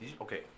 Okay